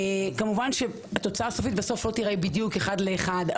כמובן שהתוצאה הסופית בסוף לא תיראה בדיוק אחד לאחד,